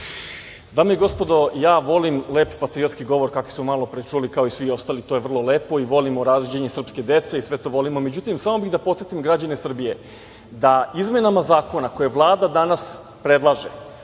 Dame i gospodo, ja volim lep patriotski govor kako smo malopre čuli svi ostali, i to je vrlo lepo i volimo rađanje srpske dece, međutim samo bih da podsetim građane Srbije, da izmenama zakona koje Vlada danas predlaže